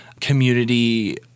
community